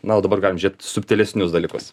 na o dabar galim žėt subtilesnius dalykus